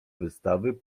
wystawy